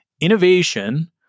Innovation